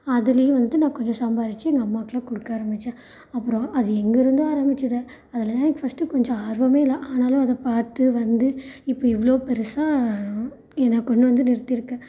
அதுலையும் வந்துட்டு நான் கொஞ்சம் சம்பாரிச்சு எங்கள் அம்மாவுக்கெலாம் கொடுக்க ஆரம்பித்தேன் அப்புறம் அது எங்கே இருந்தோ ஆரம்பித்தத அதுலெலாம் எனக்கு ஃபஸ்ட்டு கொஞ்சம் ஆர்வமே இல்லை ஆனாலும் அதை பார்த்து வந்து இப்போ இவ்வளோ பெரிசா என்னை கொண்டு வந்து நிறுத்தியிருக்கு